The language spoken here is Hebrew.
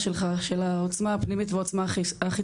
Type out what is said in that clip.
שלך של העוצמה הפנימית והחיצונית.